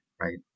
right